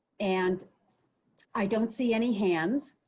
and i don't see any hands.